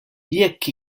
jekk